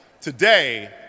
Today